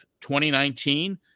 2019